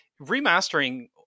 Remastering